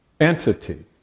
entity